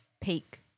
peak